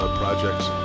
projects